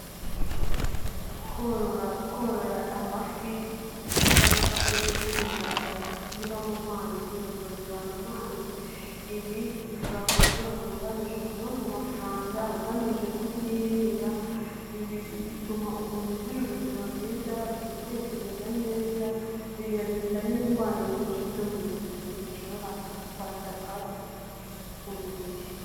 Korora, korora amafi cyangwa se indagara ziba mu mazi bazororera mu mazi, ibi ushobora kubyorora ugamije kubona amafaranga, ugamije kubyirira. Ibi bituma umuntu agira ubuzima bwiza, gutekereza neza, binarinda n'indwara nyinshi zo mu mubiri zishobora kwataka umubiri.